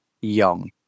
young